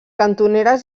cantoneres